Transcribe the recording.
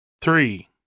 three